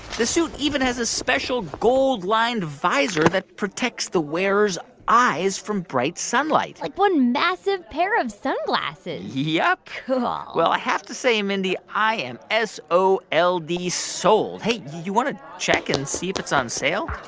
the suit even has a special gold-lined visor that protects the wearer's eyes from bright sunlight like one massive pair of sunglasses yup cool well, i have to say, mindy, i am s o l d sold. hey, you want to check and see if it's on sale?